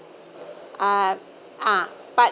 uh ah but